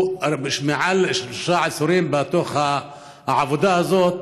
שהוא מעל לשלושה עשורים בתוך העבודה הזאת,